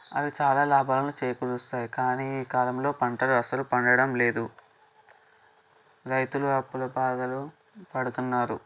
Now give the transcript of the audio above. అలా చాలా లాభాలను చేకూరుస్తాయి కానీ ఈ కాలంలో పంటలు అసలు పండడం లేదు రైతులు అప్పుల బాధలు పడుతున్నారు